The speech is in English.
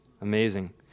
Amazing